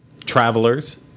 travelers